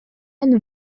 and